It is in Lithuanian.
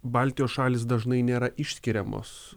baltijos šalys dažnai nėra išskiriamos